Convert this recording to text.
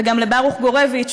וגם לברוך גורביץ,